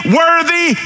worthy